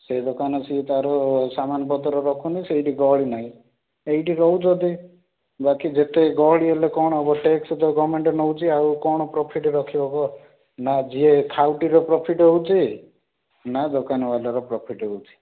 ସେ ଦୋକାନ ସେ ତାର ସାମାନ୍ ପତର୍ ରଖୁନି ସେଇଠି ଗହଳି ନାଇଁ ଏଇଠି ରହୁଛନ୍ତି ବାକି ଯେତେ ଗହଳି ହେଲେ କ'ଣ ହବ ଟ୍ୟାକ୍ସ ତ ଗଭର୍ଣ୍ଣମେଣ୍ଟ୍ ନେଉଛି ଆଉ କ'ଣ ପ୍ରଫିଟ୍ ରଖିବ କହ ନା ଯିଏ ଖାଉଟିର ପ୍ରଫିଟ୍ ହେଉଛି ନା ଦୋକାନ ବାଲାର ପ୍ରଫିଟ୍ ହେଉଛି